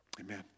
Amen